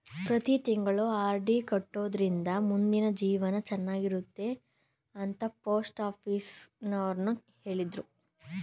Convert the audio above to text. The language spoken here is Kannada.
ಪ್ರತಿ ತಿಂಗಳು ಆರ್.ಡಿ ಕಟ್ಟೊಡ್ರಿಂದ ಮುಂದಿನ ಜೀವನ ಚನ್ನಾಗಿರುತ್ತೆ ಅಂತ ಪೋಸ್ಟಾಫೀಸುನವ್ರು ಹೇಳಿದ್ರು